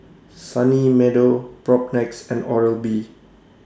Sunny Meadow Propnex and Oral B